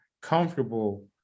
comfortable